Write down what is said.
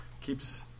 keeps